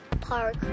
Park